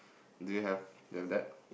do you have